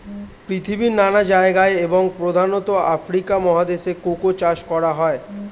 পৃথিবীর নানা জায়গায় এবং প্রধানত আফ্রিকা মহাদেশে কোকো চাষ করা হয়